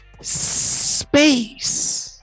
space